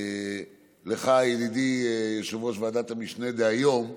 ידידי יושב-ראש ועדת המשנה כיום,